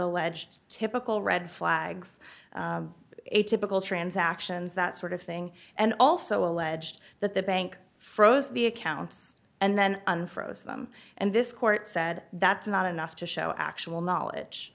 alleged typical red flags atypical transactions that sort of thing and also alleged that the bank froze the accounts and then unfroze them and this court said that's not enough to show actual knowledge